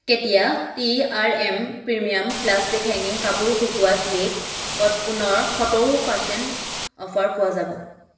কেতিয়া T R M premium plastic hanging কাপোৰ শুকোওৱা ক্লিপত পুনৰ সত্তৰ পাৰচেণ্ট অফাৰ পোৱা যাব